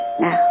Now